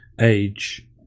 age